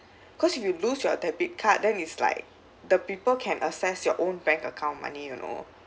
because if you lose your debit card then it's like the people can assess your own bank account money you know